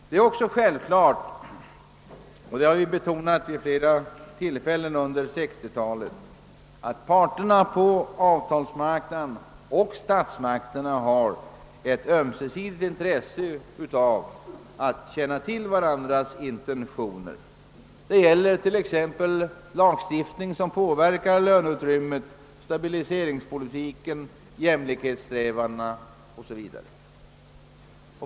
Det är också självklart, och det har vi betonat vid flera tillfällen under 1960 talet, att parterna på avtalsmarknaden och statsmakterna har ett ömsesidigt intresse av att känna till varandras intentioner. Det gäller t.ex. lagstiftning som påverkar löneutrymmet, stabiliseringspolitiken, jämlikhetssträvandena o. s. v.